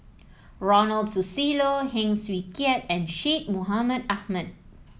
Ronald Susilo Heng Swee Keat and Syed Mohamed Ahmed